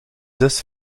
zus